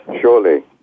surely